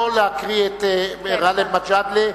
לא להקריא את גאלב מג'אדלה,